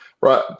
right